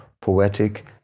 poetic